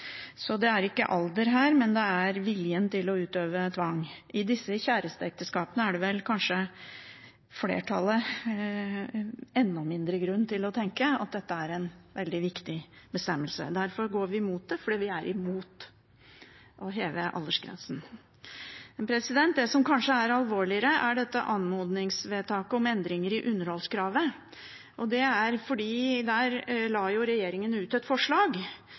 så det handler ikke om alder her, men om viljen til å utøve tvang. I flertallet av disse kjæresteekteskapene er det vel kanskje enda mindre grunn til å tenke at dette er en veldig viktig bestemmelse. Derfor går vi imot det, fordi vi er imot å heve aldersgrensen. Det som kanskje er alvorligere, er dette anmodningsvedtaket om endringer i underholdskravet. Det er fordi regjeringen der la ut et forslag